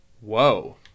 Whoa